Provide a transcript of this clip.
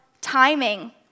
timing